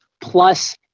plus